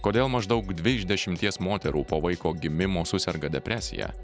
kodėl maždaug dvi iš dešimties moterų po vaiko gimimo suserga depresija